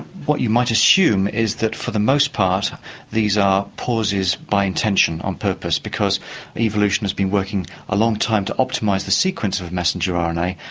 what you might assume is that for the most part these are pauses by intention, on purpose, because evolution has been working a long time to optimise the sequence of messenger um rna.